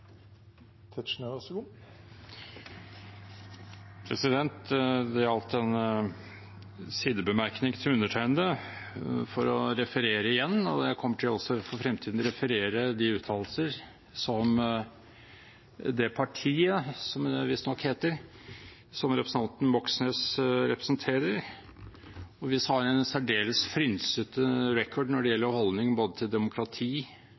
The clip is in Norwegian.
Det gjaldt en sidebemerkning til undertegnede. Jeg kommer også for fremtiden til å referere de uttalelser som det partiet, som det visstnok heter, som representanten Moxnes representerer – som har en særdeles frynsete «record» når det gjelder holdning til både demokrati